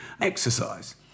exercise